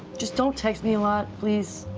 just don't text me a lot, please.